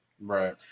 right